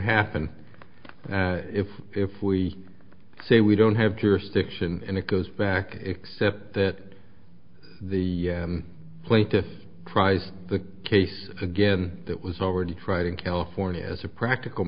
happen if if we say we don't have jurisdiction and it goes back except that the plaintiffs tries the case again that was already tried in california as a practical